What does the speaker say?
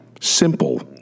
simple